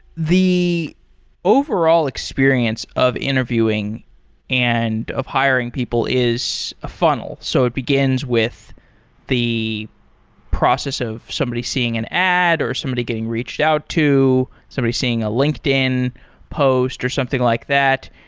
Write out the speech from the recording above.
the overall experience of interviewing and of hiring people is a funnel. so it begins with the process of somebody seeing an ad, or somebody getting reached out to, somebody seeing a linkedin post or something like that,